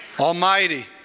Almighty